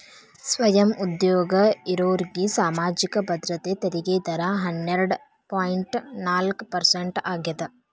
ಸ್ವಯಂ ಉದ್ಯೋಗ ಇರೋರ್ಗಿ ಸಾಮಾಜಿಕ ಭದ್ರತೆ ತೆರಿಗೆ ದರ ಹನ್ನೆರಡ್ ಪಾಯಿಂಟ್ ನಾಲ್ಕ್ ಪರ್ಸೆಂಟ್ ಆಗ್ಯಾದ